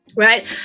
right